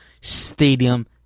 stadium